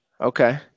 Okay